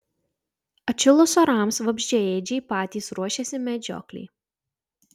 atšilus orams vabzdžiaėdžiai patys ruošiasi medžioklei